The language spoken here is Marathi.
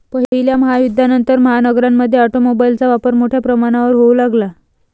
पहिल्या महायुद्धानंतर, महानगरांमध्ये ऑटोमोबाइलचा वापर मोठ्या प्रमाणावर होऊ लागला